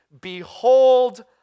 Behold